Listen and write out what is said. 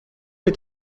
est